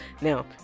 now